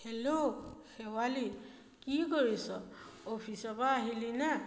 hello Sewali কি কৰিছ অফিচৰ পৰা আহিলিনে